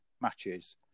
matches